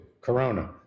corona